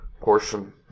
portion